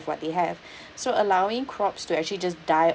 what they have so allowing crops to actually just die